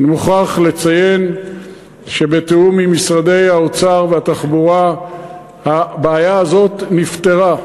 אני מוכרח לציין שבתיאום עם משרדי האוצר והתחבורה הבעיה הזו נפתרה.